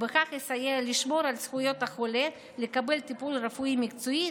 ובכך יסייע לשמור על זכויות החולה לקבל טיפול רפואי מקצועי,